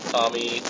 Tommy